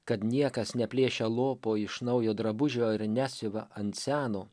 kad niekas neplėšia lopo iš naujo drabužio ir nesiuva ant seno